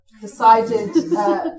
decided